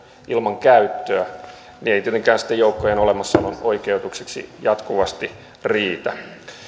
ilman käyttöä ei tietenkään sitten joukkojen olemassaolon oikeutukseksi jatkuvasti riitä